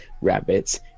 rabbits